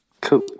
Cool